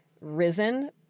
risen